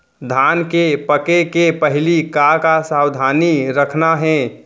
धान के पके के पहिली का का सावधानी रखना हे?